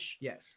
Yes